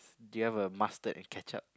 do you have a mustard and ketchup